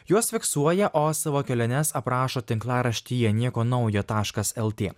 juos fiksuoja o savo keliones aprašo tinklaraštyje nieko naujo taškas lt